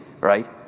right